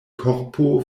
korpo